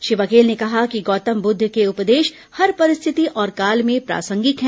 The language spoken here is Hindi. श्री बघेल ने कहा कि गौतम बुद्ध के उपदेश हर परिस्थिति और काल में प्रासंगिक हैं